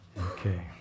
Okay